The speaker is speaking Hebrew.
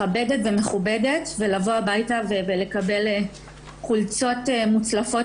ומכבדת ומכובדת ולבוא הביתה ולקבל חולצות מוצלפות